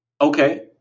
Okay